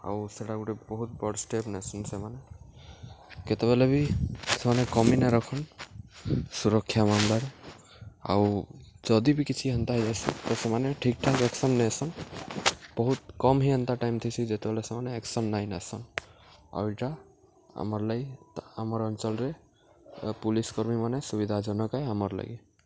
ଆଉ ସେଟା ଗୋଟେ ବହୁତ ବଡ଼ ଷ୍ଟେପ୍ ନେସନ୍ ସେମାନେ କେତେବେଲେ ବି ସେମାନେ କମି ନା ରଖନ୍ ସୁରକ୍ଷା ମାମଲାରେ ଆଉ ଯଦି ବି କିଛି ହେନ୍ତା ହେଇଯସନ୍ ତ ସେମାନେ ଠିକ୍ଠାକ୍ ଆକ୍ସନ୍ ନେଇସନ୍ ବହୁତ କମ୍ ହିଁ ହେନ୍ତା ଟାଇମ୍ ଥିସି ଯେତେବେଲେ ସେମାନେ ଆକ୍ସନ୍ ନାଇଁ ନେସନ୍ ଆଉ ଏଇଟା ଆମର୍ ଲାଗି ଆମର ଅଞ୍ଚଳରେ ପୋଲିସ୍ କର୍ମୀମାନେ ସୁବିଧା ଜନକଏ ଆମର୍ ଲାଗି